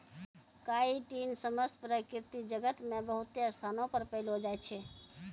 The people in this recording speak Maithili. काइटिन समस्त प्रकृति जगत मे बहुते स्थानो पर पैलो जाय छै